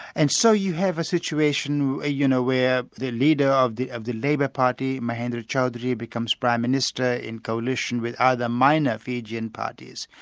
and so you have a situation you know where the leader of the of the labour party, mahendra chaudry becomes prime minister in coalition with other minor fijian parties.